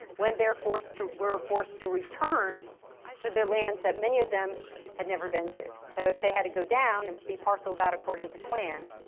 when they're forced to were forced to return to their lands that many of them had never been to. so if they had to down and be parceled out according to clan,